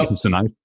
tonight